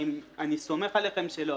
אני סומך עליכם שלא.